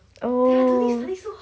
oh